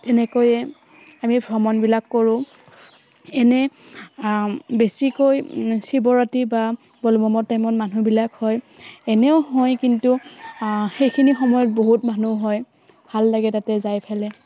তেনেকৈয়ে আমি ভ্ৰমণবিলাক কৰোঁ এনেই বেছিকৈ শিৱৰাত্ৰি বা ব'লব'মৰ টাইমত মানুহবিলাক হয় এনেও হয় কিন্তু সেইখিনি সময়ত বহুত মানুহ হয় ভাল লাগে তাতে যাই পেলাই